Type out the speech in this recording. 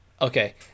Okay